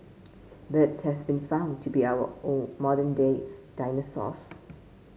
birds have been found to be our own modern day dinosaurs